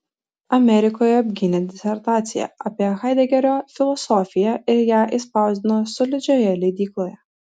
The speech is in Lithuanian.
amerikoje apgynė disertaciją apie haidegerio filosofiją ir ją išspausdino solidžioje leidykloje